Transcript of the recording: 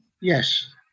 Yes